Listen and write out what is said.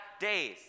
days